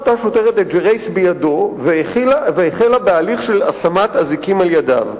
הגון, ישר ומקצועי, וכל הסופרלטיבים הדרושים.